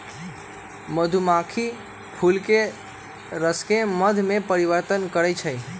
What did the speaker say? मधुमाछी फूलके रसके मध में परिवर्तन करछइ